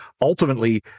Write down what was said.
Ultimately